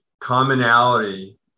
commonality